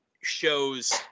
shows